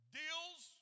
deals